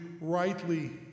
rightly